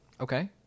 Okay